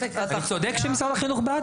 אני צודק שמשרד החינוך בעד?